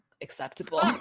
acceptable